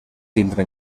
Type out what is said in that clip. tindre